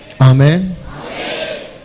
Amen